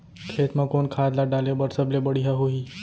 खेत म कोन खाद ला डाले बर सबले बढ़िया होही?